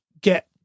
get